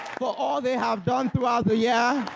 for all they have done throughout the year,